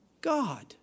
God